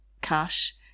cash